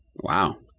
Wow